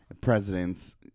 presidents